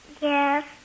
Yes